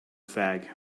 fag